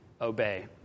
obey